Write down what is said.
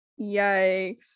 Yikes